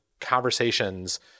conversations –